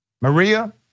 Maria